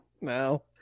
No